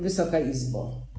Wysoka Izbo!